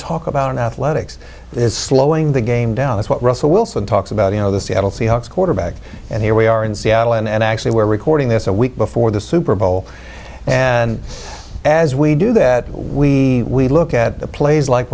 talk about in athletics is slowing the game down that's what russell wilson talks about you know the seattle seahawks quarterback and here we are in seattle and actually we're recording this a week before the super bowl and as we do that we we look at the plays like